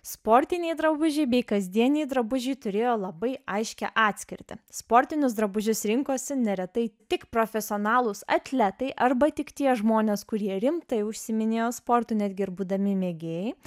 sportiniai drabužiai bei kasdieniai drabužiai turėjo labai aiškią atskirtį sportinius drabužius rinkosi neretai tik profesionalūs atletai arba tik tie žmonės kurie rimtai užsiiminėjo sportu netgi ir būdami mėgėjai